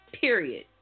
Period